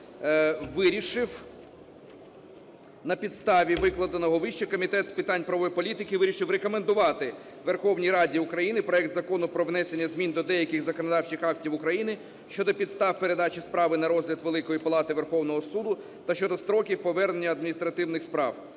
Вирішив на підставі викладеного вище Комітет з питань правової політики вирішив рекомендувати Верховній Раді України проект Закону про внесення змін до деяких законодавчих актів України щодо підстав передачі справи на розгляд Великої Палати Верховного Суду та щодо строків повернення адміністративних справ,